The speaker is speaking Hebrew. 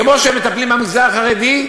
כמו שהם מטפלים במגזר החרדי,